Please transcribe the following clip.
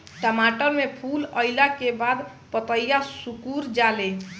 टमाटर में फूल अईला के बाद पतईया सुकुर जाले?